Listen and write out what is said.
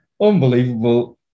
unbelievable